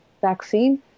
vaccine